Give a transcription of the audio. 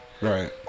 Right